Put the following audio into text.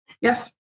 Yes